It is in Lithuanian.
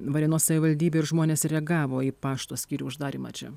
varėnos savivaldybė ir žmonės reagavo į pašto skyrių uždarymą čia